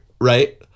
right